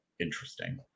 interesting